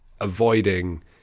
avoiding